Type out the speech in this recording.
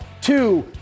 two